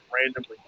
randomly